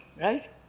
right